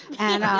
and